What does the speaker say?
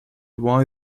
why